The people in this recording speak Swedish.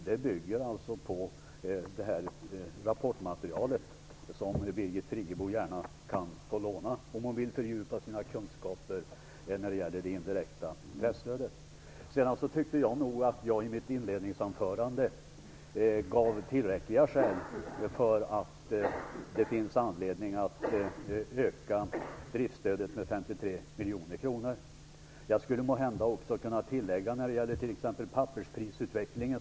Det bygger på detta rapportmaterial, som Birgit Friggebo gärna kan få låna om hon vill fördjupa sina kunskaper om det indirekta presstödet. Jag tycker att jag gav tillräckliga skäl i mitt inledningsanförande till att öka driftstödet med 53 miljoner kronor. Jag skulle måhända också kunna tillägga en sak när det gäller pappersprisutvecklingen.